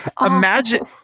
imagine